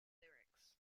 lyrics